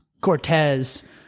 Cortez